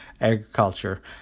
agriculture